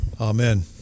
Amen